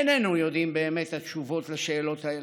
איננו יודעים באמת את התשובות על השאלות האלה.